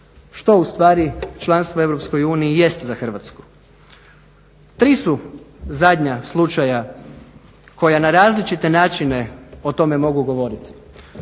što ustvari članstvo u Europskoj uniji jest za Hrvatsku. Tri su zadnja slučaja koja na različite načine o tome mogu govoriti.